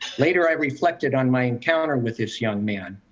later, i reflected on my encounter with this young man.